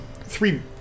three